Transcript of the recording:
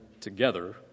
together